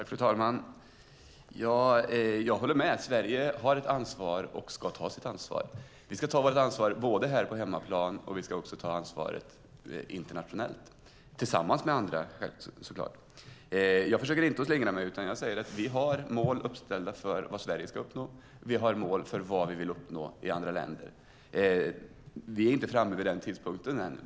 Fru talman! Jag håller med. Sverige har ett ansvar och ska ta sitt ansvar. Vi ska ta vårt ansvar både här på hemmaplan och internationellt, tillsammans med andra så klart. Jag försöker inte att slingra mig, utan jag säger att vi har mål uppställda för vad Sverige ska uppnå. Vi har mål för vad vi vill uppnå i andra länder. Vi är inte framme vid denna tidpunkt än.